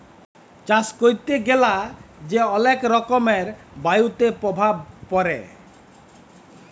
চাষ ক্যরতে গ্যালা যে অলেক রকমের বায়ুতে প্রভাব পরে